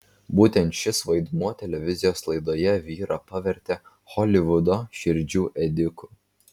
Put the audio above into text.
būtent šis vaidmuo televizijos laidoje vyrą pavertė holivudo širdžių ėdiku